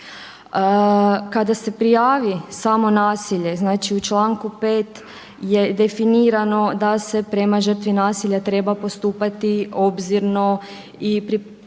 Kada se prijavi samo nasilje, znači u članku 5. je definirano da se prema žrtvi nasilja treba postupati obzirno i pri